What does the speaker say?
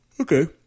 Okay